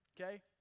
Okay